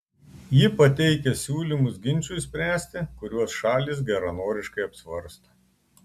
ji pateikia siūlymus ginčui spręsti kuriuos šalys geranoriškai apsvarsto